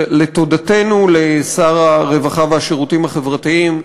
לתודתנו לשר הרווחה והשירותים החברתיים,